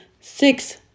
six